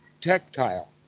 tactile